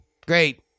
Great